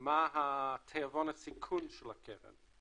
מה תיאבון הסיכון של הקרן,